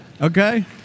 Okay